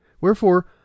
Wherefore